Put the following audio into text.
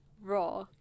raw